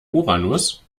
uranus